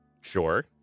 sure